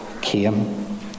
came